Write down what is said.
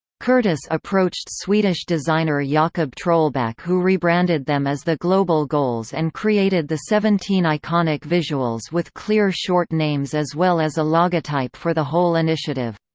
curtis approached swedish designer ah yeah jakob trollback who rebranded them as the global goals and created the seventeen iconic visuals with clear short names as well as a logotype for the whole initiative.